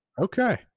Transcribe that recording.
Okay